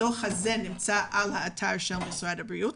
הדוח הזה נמצא באתר משרד הבריאות.